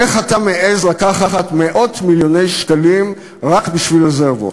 איך אתה מעז לקחת מאות מיליוני שקלים רק בשביל רזרבות?